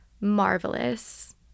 marvelous